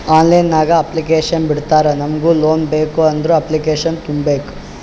online ನಾಗ್ application ಬಿಡ್ತಾರಾ ನಮುಗ್ ಲೋನ್ ಬೇಕ್ ಅಂದುರ್ ಅಪ್ಲಿಕೇಶನ್ ತುಂಬೇಕ್